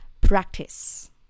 practice